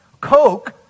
coke